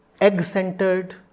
egg-centered